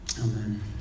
Amen